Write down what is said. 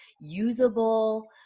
usable